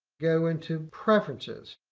go into preferences.